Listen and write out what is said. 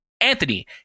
Anthony